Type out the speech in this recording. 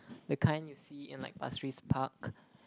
the kind you see in like Pasir-RisPark